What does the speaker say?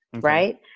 right